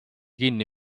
kinni